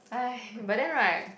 but then right